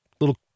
little